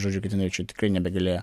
žodžiu kad jinai jau čia tikrai nebegalėjo